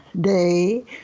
day